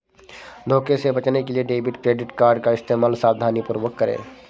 धोखे से बचने के लिए डेबिट क्रेडिट कार्ड का इस्तेमाल सावधानीपूर्वक करें